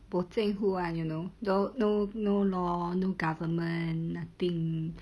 bo zeng hu ah you know no no no law no government nothing